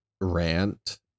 rant